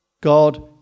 God